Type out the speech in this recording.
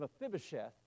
Mephibosheth